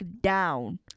down